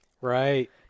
Right